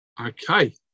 okay